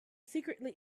secretly